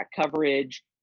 coverage